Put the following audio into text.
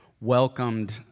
welcomed